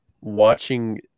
watching